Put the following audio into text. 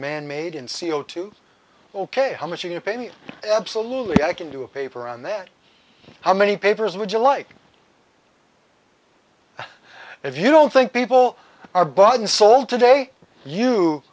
man made in c o two ok how much of an opinion absolutely i can do a paper on that how many papers would you like if you don't think people are bought and sold today you